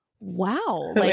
wow